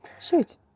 Shoot